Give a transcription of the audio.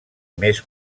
més